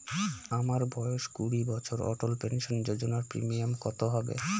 আমার বয়স কুড়ি বছর অটল পেনসন যোজনার প্রিমিয়াম কত হবে?